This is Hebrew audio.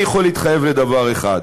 אני יכול להתחייב לדבר אחד: